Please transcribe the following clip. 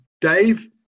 Dave